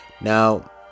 now